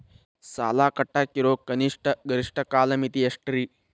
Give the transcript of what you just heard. ಸಾಲ ಕಟ್ಟಾಕ ಇರೋ ಕನಿಷ್ಟ, ಗರಿಷ್ಠ ಕಾಲಮಿತಿ ಎಷ್ಟ್ರಿ?